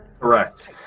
Correct